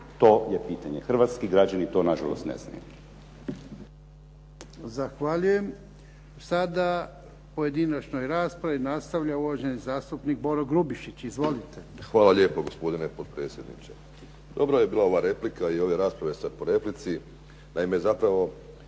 To je pitanje. Hrvatski građani to na žalost ne znaju.